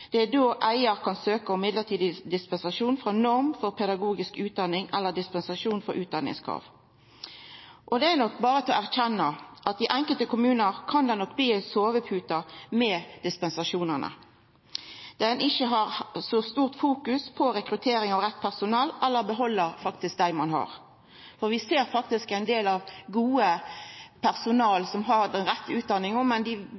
Det er då eigar kan søkja om mellombels dispensasjon frå norma for pedagogisk utdanning eller dispensasjon frå utdanningskrava. Og det er nok berre å erkjenna at i enkelte kommunar kan dispensasjonane bli ei sovepute, der ein ikkje har like stort fokus på rekrutteringa av rett personale – eller faktisk beheld dei ein har tilsett. Vi ser faktisk ein god del tilsette som har den rette utdanninga, men som ikkje blir verande i barnehagen. Dei